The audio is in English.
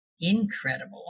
incredible